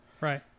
Right